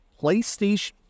PlayStation